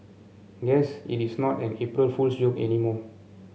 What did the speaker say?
guess it is not an April Fool's joke anymore